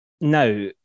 now